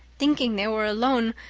thinking they were alone,